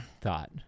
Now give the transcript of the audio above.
thought